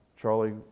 Charlie